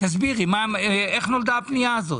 תסבירי איך נולדה הפנייה הזאת.